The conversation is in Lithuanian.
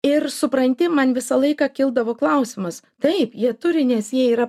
ir supranti man visą laiką kildavo klausimas taip jie turi nes jie yra